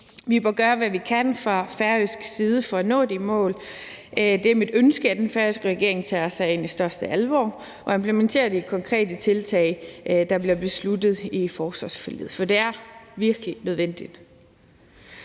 Vi må gøre, hvad vi kan fra færøsk side for at nå de mål. Det er mit ønske, at den færøske regering ser på sagen med den største alvor og implementerer de konkrete tiltag, der bliver besluttet i forsvarsforliget, for det er virkelig nødvendigt.